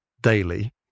daily